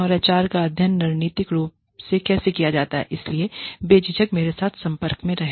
और एचआर का अध्ययन रणनीतिक रूप से कैसे किया जाता है इसलिए बे झिझक मेरे साथ संपर्क में रहें